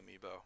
amiibo